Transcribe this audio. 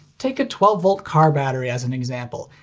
take a twelve v car battery as an example.